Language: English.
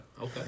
Okay